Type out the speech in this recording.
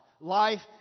Life